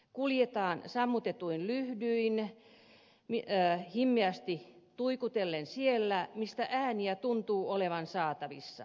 kuljetaan sammutetuin lyhdyin himmeästi tuikutellen siellä mistä ääniä tuntuu olevan saatavissa